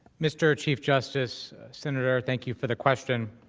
mr. chief justice center thank you for the question